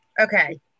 Okay